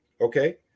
okay